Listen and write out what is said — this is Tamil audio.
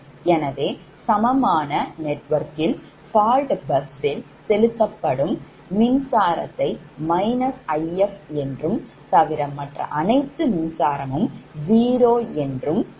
எனவே சமமான நெட்வொர்க்கில் fault busஸில் செலுத்தப்படும் மின்சாரத்தை If என்றும் தவிர மற்ற அணைத்து மின்சாரம் 0 ஆகும்